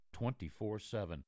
24-7